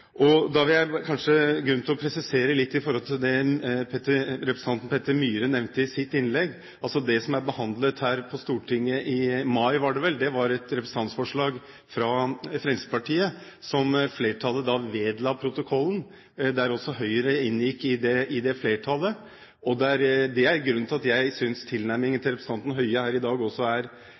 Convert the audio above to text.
kanskje grunn til å presisere litt i forhold til det representanten Peter N. Myhre nevnte i sitt innlegg. Det som ble behandlet her på Stortinget i mai, var et representantforslag fra Fremskrittspartiet som flertallet vedla protokollen, der også Høyre inngikk i det flertallet. Det er grunnen til at jeg synes tilnærmingen til representanten Høie også her i dag er